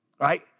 right